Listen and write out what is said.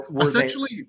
Essentially